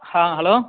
ஆ hello